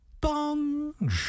Bong